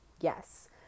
yes